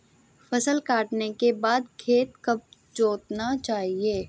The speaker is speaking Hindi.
फसल काटने के बाद खेत कब जोतना चाहिये?